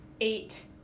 eight